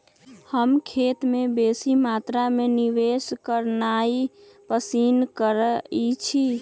हम खेत में बेशी मत्रा में निवेश करनाइ पसिन करइछी